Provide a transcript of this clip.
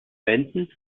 wänden